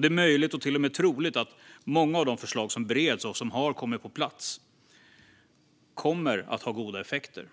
Det är möjligt, och till och med troligt, att många av de förslag som bereds och som har kommit på plats kommer att ha goda effekter,